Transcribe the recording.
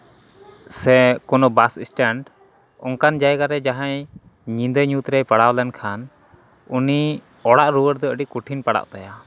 ᱥᱮ ᱠᱚᱱᱳ bus stand ᱚᱱᱠᱟᱱ ᱡᱟᱭᱜᱟ ᱨᱮ ᱡᱟᱦᱟᱸᱭ ᱧᱤᱫᱟᱹ ᱧᱩᱛ ᱨᱮᱭ ᱯᱟᱲᱟᱣ ᱞᱮᱱᱠᱷᱟᱱ ᱩᱱᱤ ᱚᱲᱟᱜ ᱨᱩᱣᱟᱹᱲ ᱫᱚ ᱠᱚᱴᱷᱤᱱ ᱯᱟᱲᱟᱜ ᱛᱟᱭᱟ